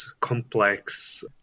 complex